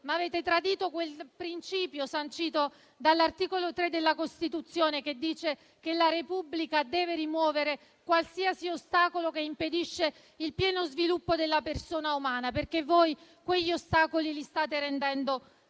ma anche il principio sancito dall'articolo 3 della Costituzione, secondo cui la Repubblica deve rimuovere qualsiasi ostacolo che impedisca il pieno sviluppo della persona umana; voi, invece, quegli ostacoli li state rendendo